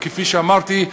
וכפי שאמרתי,